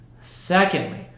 Secondly